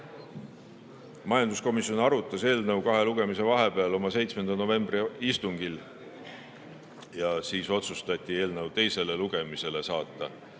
Majanduskomisjon arutas eelnõu kahe lugemise vahepeal oma 7. novembri istungil. Siis otsustati eelnõu teisele lugemisele saata.